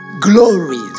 glories